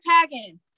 tagging